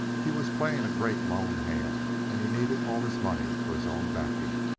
he was playing a great lone hand, and he needed all his money for his own backing.